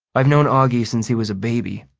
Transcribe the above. i've known auggie since he was a baby.